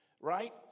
right